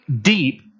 deep